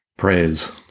praise